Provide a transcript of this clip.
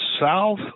south